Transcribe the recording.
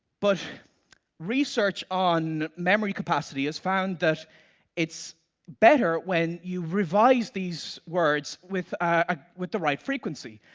but research on memory capacity has found that it's better when you revise these words with ah with the right frequency,